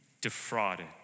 defrauded